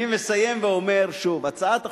אני מסיים ואומר שוב: הצעת החוק,